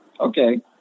okay